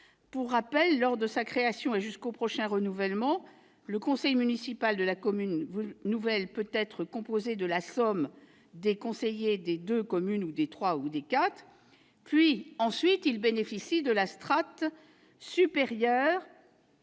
Pour rappel, lors de sa création et jusqu'au prochain renouvellement, le conseil municipal de la commune nouvelle peut être composé de la somme des conseillers des anciennes communes, puis il bénéficie de la strate démographique